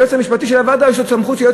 שליועץ המשפטי של הוועדה יש עוד סמכות,